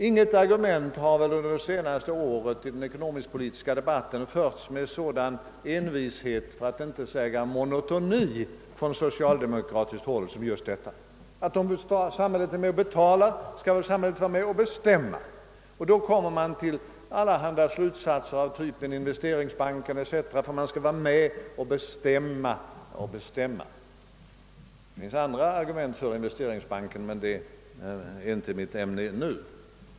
Inget argument har väl under det senaste året i den ekonomisk-politiska debatten förts fram med en sådan envishet för att inte säga monotoni från socialdemokratiskt håll som just detta. Skall samhället vara med om att betala, skall det också vara med om att bestämma. Med detta resonemang kommer man fram till allehanda slutsatser, t.ex. vissa syften med införandet av Investeringsbanken. Det finns andra argument för Investeringsbanken, men det är inte mitt ämne just nu.